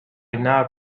now